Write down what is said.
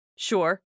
Sure